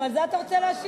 גם על זה אתה רוצה להשיב?